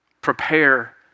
Prepare